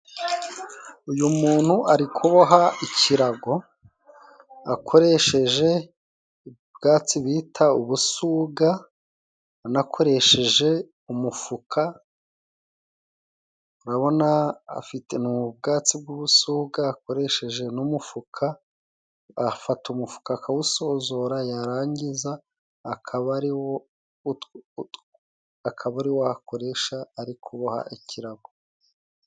Uyu muntu ari kuboha ikirago akoresheje ubwatsi bita ubusuga, anakoresheje umufuka. Urabona afite ni ubwatsi bw'ubusuga akoresheje n'umufuka. Afata umufuka akawusozora yarangiza akaba ari wo, akaba ariwo akoresha, ari kuboha ikirago.